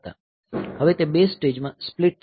હવે તે બે સ્ટેજમાં સ્પ્લીટ થયેલ છે